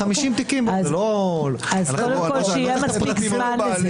קודם כל שיהיה מספיק זמן לזה.